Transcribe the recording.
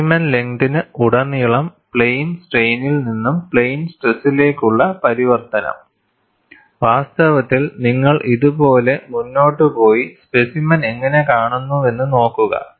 specimen ലെങ്ങ്തിന് ഉടനീളം plain സ്ട്രെയ്നിൽ നിന്നും പ്ലെയിൻ സ്ട്രെസിലേക്കുള്ള പരിവർത്തനം വാസ്തവത്തിൽ നിങ്ങൾ ഇതുപോലെ മുന്നോട്ട് പോയി സ്പെസിമെൻ എങ്ങനെ കാണുന്നുവെന്ന് നോക്കുക